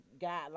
guidelines